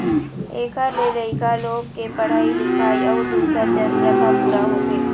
एखर ले लइका लोग के पढ़ाई लिखाई अउ दूसर जरूरत ह पूरा होथे